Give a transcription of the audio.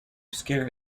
scare